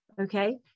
okay